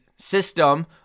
system